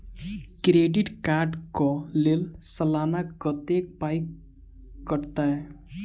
Credit card कऽ लेल सलाना कत्तेक पाई कटतै?